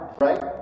right